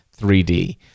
3D